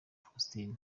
faustin